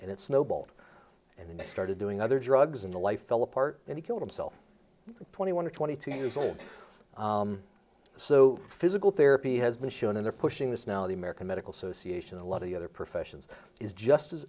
and it snowballed and then they started doing other drugs in the life fell apart and he killed himself twenty one or twenty two years old so physical therapy has been shown in there pushing this now the american medical association a lot of the other professions is just as